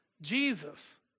Jesus